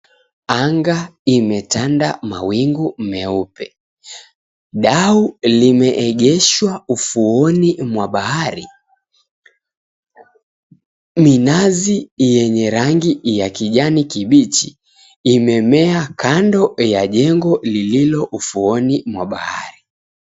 Anga imetanda mawingu meupe. Dau limeegeshwa ufuoni mwa bahari. Minazi yenye rangi ya kijani kibichi imemea kando ya jengo lililo ufuoni mwa bahari.